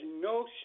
no